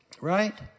Right